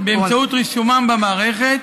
באמצעות רישומם במערכת,